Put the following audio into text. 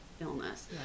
illness